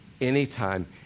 anytime